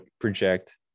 project